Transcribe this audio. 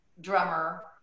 drummer